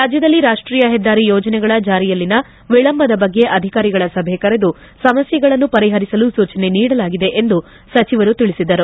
ರಾಜ್ಞದಲ್ಲಿ ರಾಷ್ಟೀಯ ಹೆದ್ದಾರಿ ಯೋಜನೆಗಳ ಜಾರಿಯಲ್ಲಿನ ವಿಳಂಬದ ಬಗ್ಗೆ ಅಧಿಕಾರಿಗಳ ಸಭೆ ಕರೆದು ಸಮಸ್ಟೆಗಳನ್ನು ಪರಿಹರಿಸಲು ಸೂಚನೆ ನೀಡಲಾಗಿದೆ ಎಂದು ಸಚಿವರು ತಿಳಿಸಿದರು